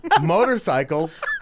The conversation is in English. motorcycles